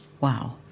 Wow